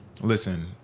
Listen